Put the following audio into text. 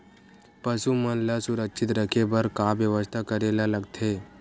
पशु मन ल सुरक्षित रखे बर का बेवस्था करेला लगथे?